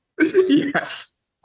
Yes